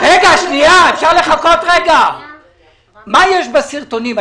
יכולה לתאר לנו מה יש בסרטונים?